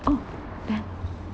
oh then